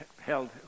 held